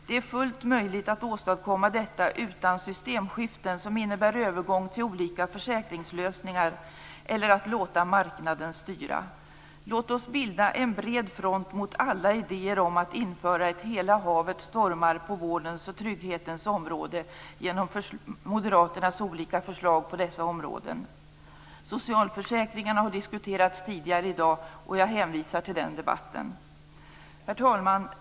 Det är fullt möjligt att åstadkomma detta utan systemskiften som innebär övergång till olika försäkringslösningar eller att låta marknaden styra. Låt oss bilda en bred front mot alla idéer om att införa ett hela havet stormar på vårdens och trygghetens område genom moderaternas olika förslag på dessa områden. Socialförsäkringarna har diskuterats tidigare i dag, och jag hänvisar till den debatten. Herr talman!